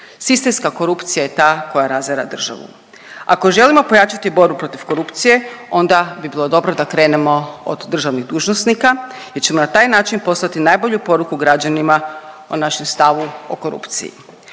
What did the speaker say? Sistemska korupcija je ta koja razara državu. Ako želimo pojačati borbu protiv korupcije, onda bi bilo dobro da krenemo od državnih dužnosnika jer ćemo na taj način poslati najbolju poruku građanima o našem stavu o korupciji.